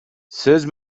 сөз